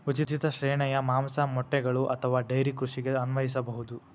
ಉಚಿತ ಶ್ರೇಣಿಯು ಮಾಂಸ, ಮೊಟ್ಟೆಗಳು ಅಥವಾ ಡೈರಿ ಕೃಷಿಗೆ ಅನ್ವಯಿಸಬಹುದು